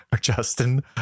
Justin